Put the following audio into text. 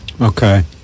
okay